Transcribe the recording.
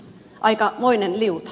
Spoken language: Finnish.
aikamoinen liuta